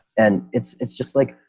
and it's it's just like,